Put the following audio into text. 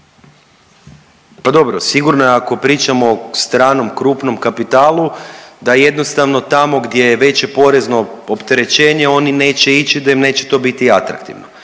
Pa dobro, sigurno je ako pričamo o stranom krupnom kapitalu da jednostavno tamo gdje je veće porezno opterećenje oni neće ići gdje im neće to biti atraktivno.